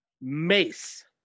Mace